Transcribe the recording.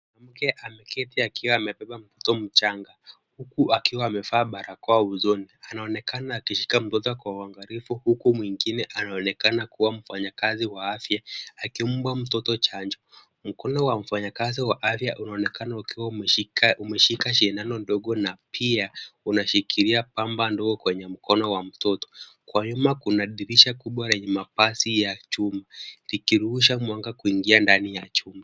Mwanamke amekaa akiwa amebeba mtoto mchanga huku akiwa amevaa barakoa usoni anaonekana akimshika mtoto kwa uangalifu huku mwingine anaonekana kua mfanyakazi wa afya akimpa mtoto chanjo. Mkono wa mfanyakazi wa afya unaonekana ukiwa umeshika sindano ndogo na pia unashikila pamba ndogo kwenye mkono wa mtoto. Kwa nyuma kuna dirisha kubwa lenye mabati ya chuma likirusha mwanga kuingia ndani ya chumba.